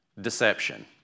deception